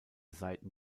seiten